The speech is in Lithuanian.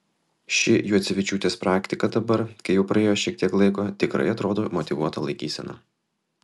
ši juocevičiūtės praktika dabar kai jau praėjo šiek tiek laiko tikrai atrodo motyvuota laikysena